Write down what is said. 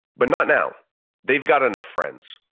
but not now they've got enough friends,